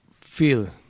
feel